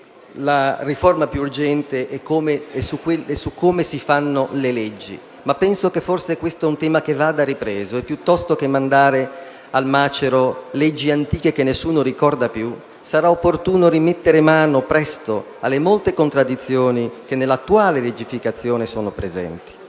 la riforma più urgente sia su come si fanno le leggi, ma credo sia comunque un tema da riprendere e, piuttosto che mandare al macero leggi antiche, che nessuno ricorda più, sarà opportuno rimettere mano presto alle molte contraddizioni che nell'attuale legificazione sono presenti.